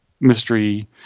mystery